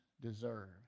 deserve